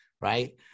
right